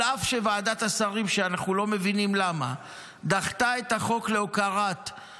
על אף שוועדת השרים דחתה את החוק ליום